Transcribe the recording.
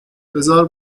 بزار